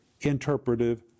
Interpretive